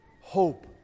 hope